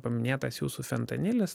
paminėtas jūsų fentanilis